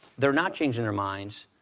they're not changing their minds,